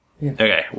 Okay